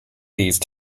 these